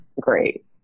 Great